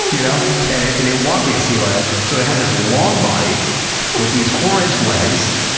you know and it and it walked like a sea lion. so it had this long body with these four inch legs,